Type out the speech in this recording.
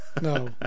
No